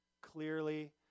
clearly